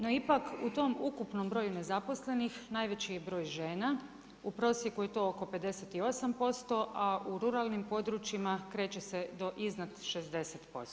No ipak, u tom ukupnom broju nezaposlenih, najveći je broj žena, u prosjeku je to oko 58%, a u ruralnim područjima kreće do iznad 60%